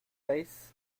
reiss